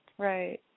Right